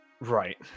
Right